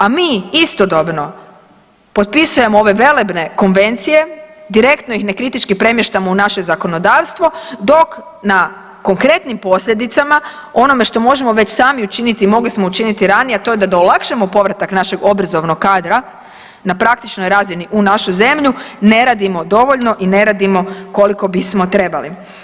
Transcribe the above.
A mi istodobno potpisujemo ove velebne konvencije, direktno ih nekritički premještamo u naše zakonodavstvo dok na konkretnim posljedicama ono što možemo već sami učiniti i mogli smo učiniti ranije, a to je da olakšamo povratak našeg obrazovnog kadra na praktičnoj razini u našu zemlju ne radimo dovoljno i ne radimo koliko bismo trebali.